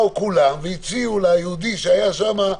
באו כולם והציעו ליהודי שהיה שם: